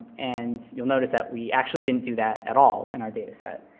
and you'll notice that we actually didn't do that at all in our data set.